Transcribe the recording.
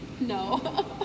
No